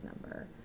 number